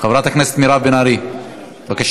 חברת הכנסת מירב בן ארי, בבקשה.